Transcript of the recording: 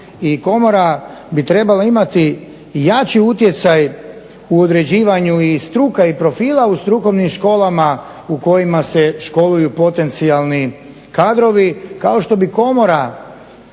komora bi trebala imati i jači utjecaj u određivanju i struka i profila u strukovnim školama u kojima se školuju potencijalni kadrovi kao što bi komora